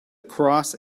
across